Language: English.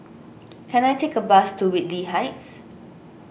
can I take a bus to Whitley Heights